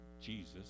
Jesus